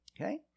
okay